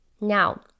Now